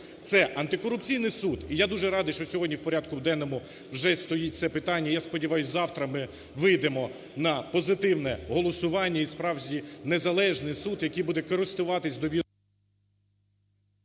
Це антикорупційний суд, і я дуже радий, що сьогодні в порядку денному вже стоїть це питання, я сподіваюсь, завтра ми вийдемо на позитивне голосування і справжній незалежний суд, який буде користуватись довірою…